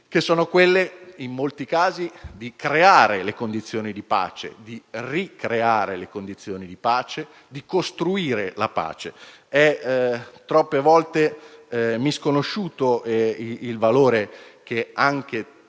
che sono quelle, in molti casi, di creare le condizioni di pace, di ricreare le condizioni di pace, di costruire la pace. È troppe volte misconosciuto il valore che alle